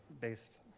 based